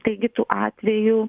taigi tų atvejų